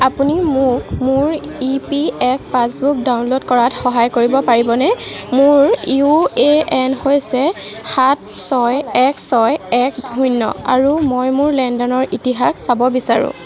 আপুনি মোক মোৰ E P F passbook download কৰাত সহায় কৰিব পাৰিবনে মোৰ ইউ এ এন হৈছে সাত ছয় এক ছয় এক শূন্য আৰু মই মোৰ লেনদেনৰ ইতিহাস চাব বিচাৰোঁ